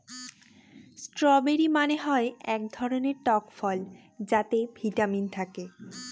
strawberry মানে হয় এক ধরনের টক ফল যাতে ভিটামিন থাকে